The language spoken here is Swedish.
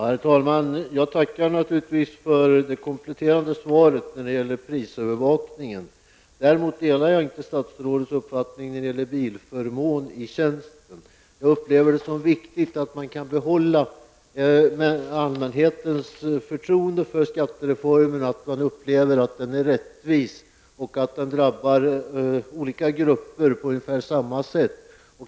Herr talman! Jag tackar naturligtvis för det kompletterande svaret beträffande prisövervakningen. Däremot delar jag inte statsrådets uppfattning när det gäller bilförmån i tjänsten. Det är viktigt att man kan upprätthålla allmänhetens förtroende för skattereformen och att människor upplever att den är rättvis och drabbar olika grupper på ungefär samma sätt.